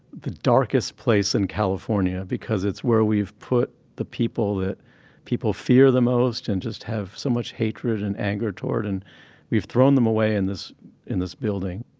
the darkest place in california, because it's where we've put the people that people fear the most and just have so much hatred and anger toward, and we've thrown them away in this in this building.